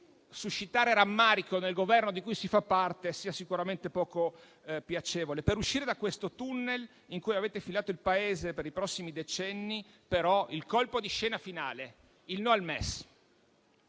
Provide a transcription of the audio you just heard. che suscitare rammarico nel Governo di cui si fa parte sia sicuramente poco piacevole. Per uscire da questo *tunnel* in cui avete infilato il Paese per i prossimi decenni, però, il colpo di scena finale è stato il voto